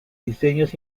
diseños